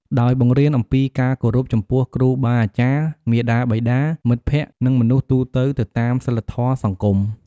ដោយបង្រៀនអំពីការគោរពចំពោះគ្រូបាអាចារ្យ មាតាបិតា មិត្តភក្តិ និងមនុស្សទូទៅ ទៅតាមសីលធម៌សង្គម។